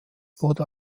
wurde